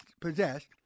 possessed